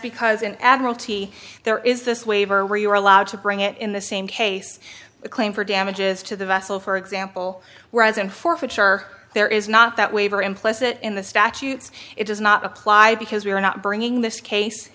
because in admiralty there is this waiver where you are allowed to bring it in the same case a claim for damages to the vessel for example whereas in forfeiture there is not that waiver implicit in the statutes it does not apply because we are not bringing this case